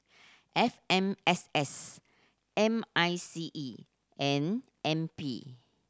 F M S S M I C E and N P